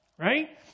Right